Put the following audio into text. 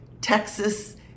Texas